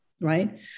right